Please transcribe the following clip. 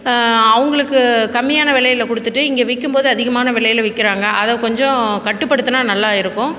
அவங்களுக்கு கம்மியான விலையில் கொடுத்துட்டு இங்கே விற்கும் போது அதிகமான விலையில் விற்கிறாங்க அதை கொஞ்சம் கட்டுப்படுத்துனால் நல்லா இருக்கும்